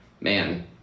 man